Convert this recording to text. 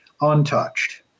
untouched